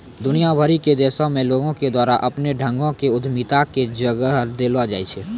दुनिया भरि के देशो मे लोको के द्वारा अपनो ढंगो से उद्यमिता के जगह देलो जाय छै